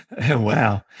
wow